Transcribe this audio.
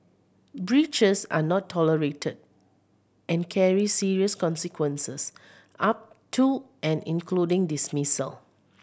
breaches are not tolerated and carry serious consequences up to and including dismissal